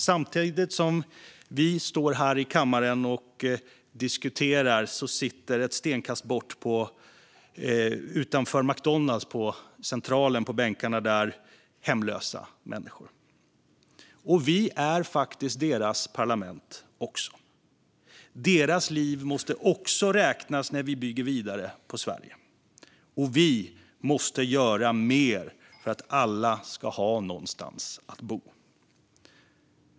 Samtidigt som vi står här i kammaren och diskuterar sitter ett stenkast bort hemlösa människor på bänkarna utanför McDonalds på Centralen. Vi är även deras parlament. Deras liv måste också räknas när vi bygger vidare på Sverige. Vi måste göra mer för att alla ska ha någonstans att bo.